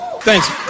Thanks